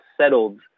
settled